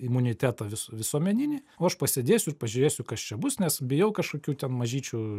imunitetą vis visuomeninį o aš pasėdėsiu ir pažiūrėsiu kas čia bus nes bijau kažkokių ten mažyčių